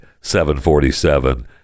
747